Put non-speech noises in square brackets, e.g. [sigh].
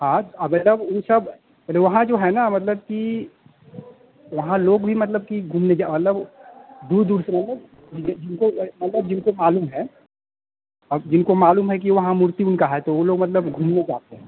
हाँ [unintelligible] वह सब अरे वहाँ जो है ना मतलब कि वहाँ लोग भी मतलब कि घूमने मतलब दूर दूर से लोग जिनको मतलब जिनको मालूम है अब जिनको मालूम है कि वहाँ मूर्ति उनकी है तो वह लोग मतलब घूमने जाते हैं